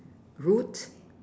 roots